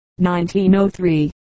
1903